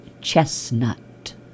chestnut